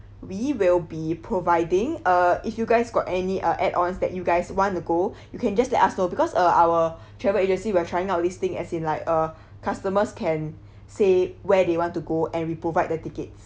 we will be providing uh if you guys got any uh add ons that you guys want to go you can just let us know because uh our travel agency we're trying out listing as in like uh customers can say where do you want to go and we provide the tickets